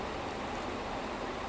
I think I'll check it out sometime